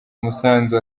umusanzu